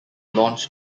launch